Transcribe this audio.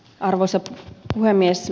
arvoisa puhemies